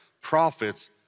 Prophets